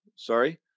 Sorry